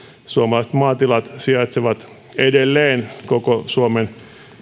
suomalaiset maatilat sijaitsevat edelleen koko suomen